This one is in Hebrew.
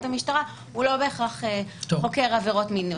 המשטרה הוא לא בהכרח חוקר עבירות מין.